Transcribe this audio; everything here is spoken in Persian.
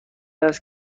است